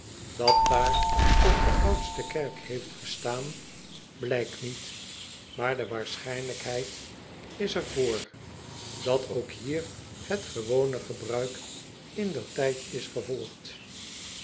at dààr ook de oudste kerk heeft gestaan blijkt niet maar de waarschijnlijkheid is er vr dat ook hier het gewone gebruik in der tijd is gevolgd